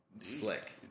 slick